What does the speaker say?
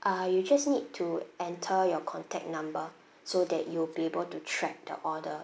you just need to enter your contact number so that you'll be able to track the order